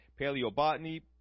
paleobotany